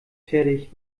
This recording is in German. fertig